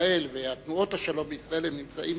בישראל ותנועות השלום בישראל נמצאים